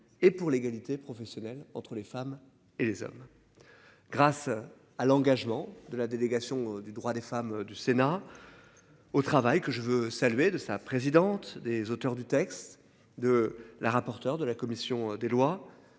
et pour l'égalité professionnelle entre les femmes et les hommes. Grâce à l'engagement de la délégation des droits des femmes du Sénat. Au travail que je veux saluer de sa présidente des auteurs du texte de la rapporteur de la commission des lois,